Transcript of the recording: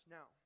Now